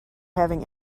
having